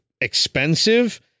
expensive